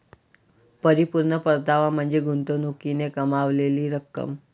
परिपूर्ण परतावा म्हणजे गुंतवणुकीने कमावलेली रक्कम